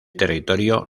territorio